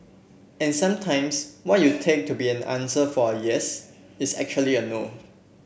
and sometimes what you take to be an answer for yes is actually a no